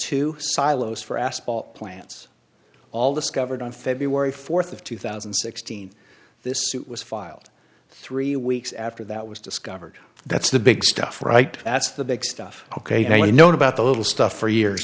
two silos for asphalt plants all discovered on february fourth of two thousand and sixteen this suit was filed three weeks after that was discovered that's the big stuff right that's the big stuff ok i know about the little stuff for years